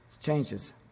changes